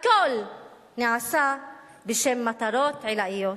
הכול נעשה בשם מטרות עילאיות